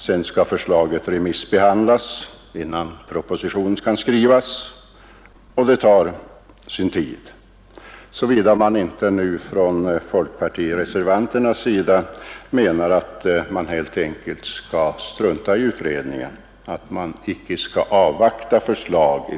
Sedan skall förslaget remissbehandlas innan propositionen kan skrivas och även detta tar sin tid, såvida inte folkpartireservanterna nu menar att man helt enkelt skall strunta i utredningen och inte avvakta dess förslag.